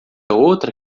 outra